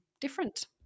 different